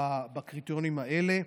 בקריטריונים האלה,